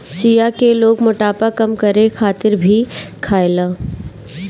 चिया के लोग मोटापा कम करे खातिर भी खायेला